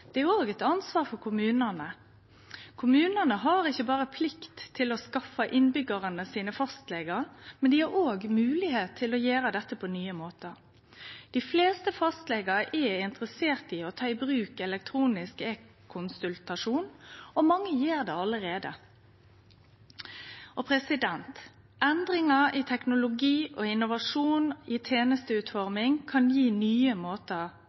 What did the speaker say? Det er òg eit ansvar for kommunane. Kommunane har ikkje berre plikt til å skaffe innbyggarane sine fastlegar, men dei har òg moglegheit til å gjere dette på nye måtar. Dei fleste fastlegane er interesserte i å ta i bruk e-konsultasjon, og mange gjer det allereie. Endringar i teknologi og innovasjon i tenesteutforming kan gje nye måtar